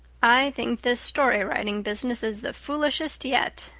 i think this story-writing business is the foolishest yet,